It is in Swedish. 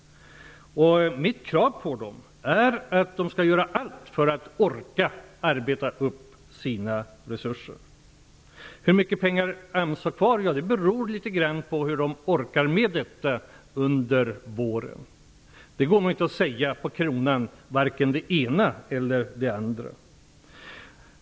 Mitt krav på Arbetsmarknadsverket är att man skall göra allt för att orka arbeta upp sina resurser. Hur mycket pengar är kvar? Ja, det beror litet grand på hur man orkar med detta under våren. Det går inte att säga det exakta krontalet för vare sig det ena eller det andra.